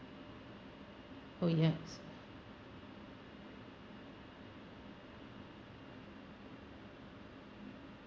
oh yes